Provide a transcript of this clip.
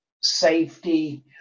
safety